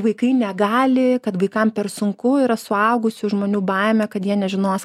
vaikai negali kad vaikam per sunku yra suaugusių žmonių baimė kad jie nežinos